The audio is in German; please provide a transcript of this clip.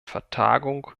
vertagung